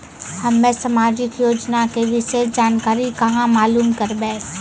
हम्मे समाजिक योजना के विशेष जानकारी कहाँ मालूम करबै?